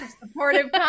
supportive